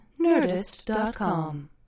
nerdist.com